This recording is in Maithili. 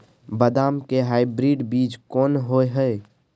बदाम के हाइब्रिड बीज कोन होय है?